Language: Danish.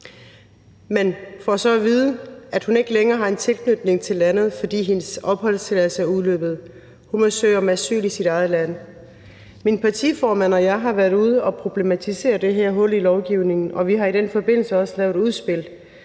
så får at vide, at hun ikke længere har en tilknytning til landet, fordi hendes opholdstilladelse er udløbet. Hun må søge om asyl i sit eget land. Min partiformand og jeg har været ude at problematisere det her hul i lovgivningen, og vi har i den forbindelse også lavet et udspil